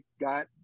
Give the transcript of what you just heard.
got